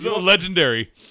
Legendary